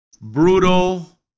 brutal